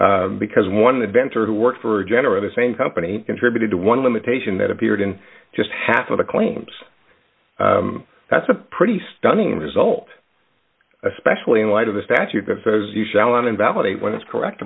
patent because one of the venter who worked for general the same company contributed to one limitation that appeared in just half of the claims that's a pretty stunning result especially in light of a statute that says you shall not invalidate when it's correct